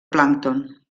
plàncton